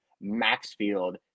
Maxfield